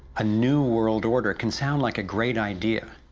a new world order can sound like a great idea.